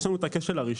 יש לנו את הכשל הראשון